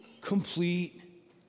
complete